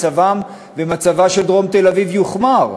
מצבם ומצבה של דרום תל-אביב יוחמר,